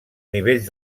nivells